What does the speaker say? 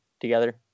together